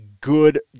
good